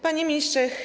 Panie Ministrze!